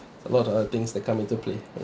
a lot of other things that come into play